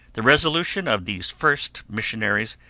the resolution of these first missionaries,